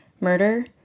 murder